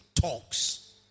talks